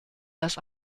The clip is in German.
das